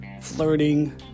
flirting